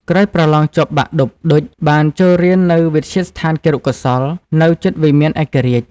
ក្រោយប្រឡងជាប់បាក់ឌុប ឌុចបានចូលរៀននៅវិទ្យាស្ថានគរុកោសល្យ នៅជិតវិមានឯករាជ្យ។